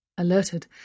alerted